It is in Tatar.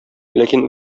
ләкин